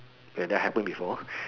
and then happen before